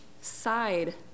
side